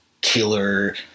killer